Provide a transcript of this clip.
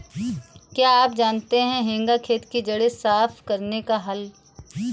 क्या आप जानते है हेंगा खेत की जड़ें साफ़ करने का हल है?